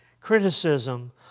Criticism